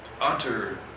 utter